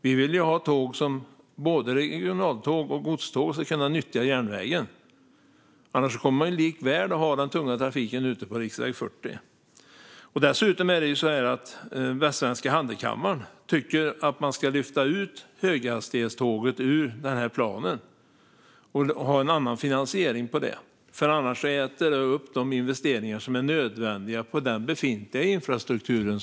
Vi vill att både regionaltåg och godståg ska kunna nyttja järnvägen, annars kommer likväl den tunga trafiken att köra ute på riksväg 40. Västsvenska Handelskammaren tycker att man ska lyfta ut höghastighetståget ur planen och ha en annan finansiering. Annars äter det upp de investeringar som är nödvändiga för den befintliga infrastrukturen.